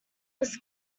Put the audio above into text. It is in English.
was